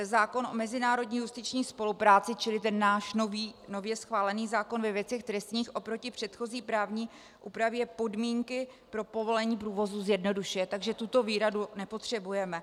Zákon o mezinárodní justiční spolupráci, čili ten náš nově schválený zákon ve věcech trestních, oproti předchozí právní úpravě podmínky pro povolení průvozu zjednodušuje, takže tuto výhradu nepotřebujeme.